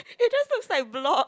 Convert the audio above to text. it just looks like blobs